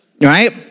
Right